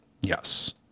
Yes